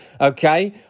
Okay